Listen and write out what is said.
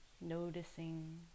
Noticing